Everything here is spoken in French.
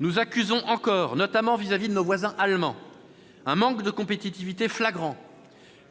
Nous accusons encore, notamment vis-à-vis de notre voisin allemand, un manque de compétitivité flagrant,